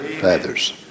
Feathers